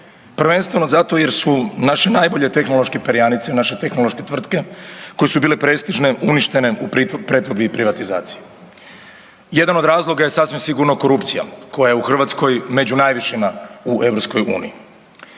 Prvenstveno zato jer su naše najbolje tehnološke perjanice, naše tehnološke tvrtke koje su bile prestižne uništene u pretvorbi i privatizaciji. Jedan od razloga je sasvim sigurno korupcija koja je u Hrvatskoj među najvišima u EU.